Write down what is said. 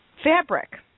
fabric